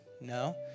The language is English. No